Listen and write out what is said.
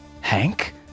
Hank